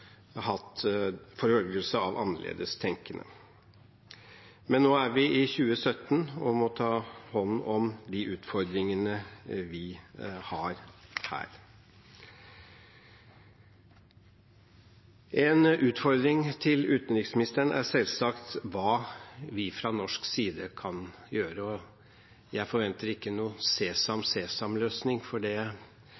vi i 2017 og må ta hånd om de utfordringene vi har her. En utfordring til utenriksministeren er selvsagt hva vi fra norsk side kan gjøre. Jeg forventer ikke noen sesam,